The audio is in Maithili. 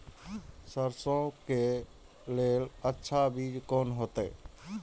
सरसों के लेल अच्छा बीज कोन होते?